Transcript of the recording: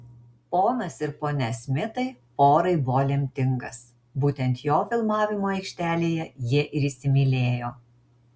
ponas ir ponia smitai porai buvo lemtingas būtent jo filmavimo aikštelėje jie ir įsimylėjo